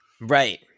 right